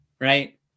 right